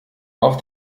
auf